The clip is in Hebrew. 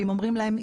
ואם אומרים להם,